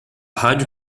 rádio